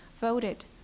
voted